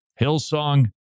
Hillsong